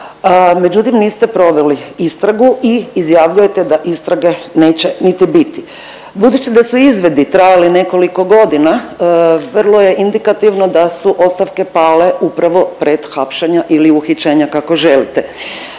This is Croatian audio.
međutim niste proveli istragu i izjavljuje da istrage neće niti biti. Budući da su izvidi trajali nekoliko godina vrlo je indikativno da su ostavke pale upravo pred hapšenja ili uhićenja kako želite.